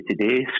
today